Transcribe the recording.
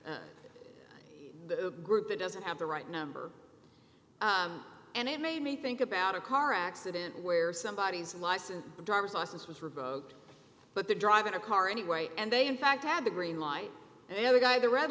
on the group that doesn't have the right number and it made me think about a car accident where somebody is licensed the driver's license was revoked but they're driving a car anyway and they in fact had the green light and the other guy the red